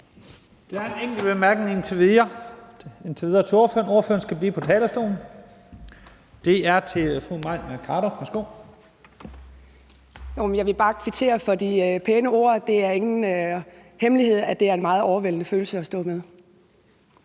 Der er en enkelt kort bemærkning til ordføreren indtil videre. Ordføreren skal blive på talerstolen. Den er fra fru Mai Mercado. Værsgo. Kl. 12:12 Mai Mercado (KF): Jeg vil bare kvittere for de pæne ord. Det er ingen hemmelighed, at det er en meget overvældende følelse at stå med.